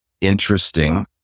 interesting